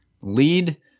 lead